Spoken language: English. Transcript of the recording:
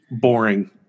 boring